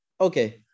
Okay